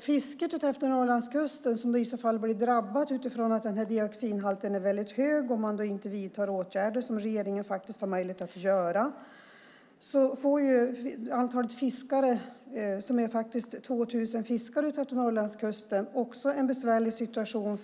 Fisket utefter Norrlandskusten blir drabbat om vi får ett förbud utifrån att dioxinhalten är väldigt hög. Om man inte vidtar åtgärder, som regeringen faktiskt har möjlighet att göra, får ju de 2 000 fiskare som fiskar utefter Norrlandskusten också en besvärlig situation.